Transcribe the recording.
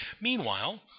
Meanwhile